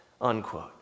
unquote